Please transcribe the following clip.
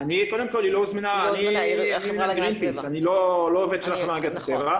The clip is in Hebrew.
אני גרינפיס, אני לא עובד של החברה להגנת הטבע.